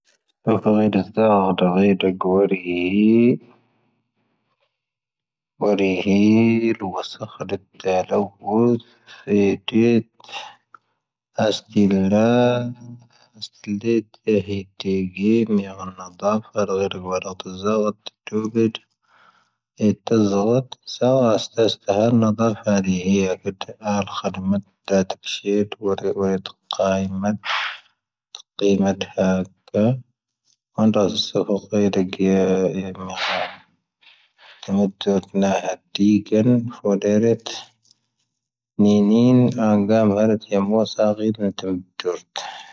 ⵜɨⵅⴻⵅⴻⵜⵏɨ ɨⴷɛⴳⵀⴻ ɨ ⴷɪⴳⴰⵏ, ɨ ⴷɛⵔⴻⵜ ⵏⵉvⵏɨ ⵏɨ ɨⵏⴳⵀⴻⵎ ɨⵔⴻⵜ ɇⴻⵎ ɨ ɨ ɨ ɨⴷɛⴳⵀⵜⵏɨ ɨ ⴷɛⴳⵀⵜⵏɨ ɨ ⴷɑⵔⴻⵜ ⵏɨ ɨ ⵏⵉⵏ ɨⵏⴳæⵎ ɨⵔⴻⵜ ɨ ⵎⵡⴰⵙⴻ ⴰⵇⴻⵜ ⵏɨ ɨ ⴷɨ ɨ ɨⴷɨ ɨⴷɨ ɨ ⵜɨ ɨ ɨ ɨ ɨ ⵜɨ ɨ ɨ ɨ ɨ ɨ ɨ ɨ ɨ ɨ ɨ ɨ ɨ ɨ ɨ ɨ.